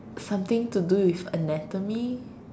something to do with anatomy